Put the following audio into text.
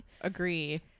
agree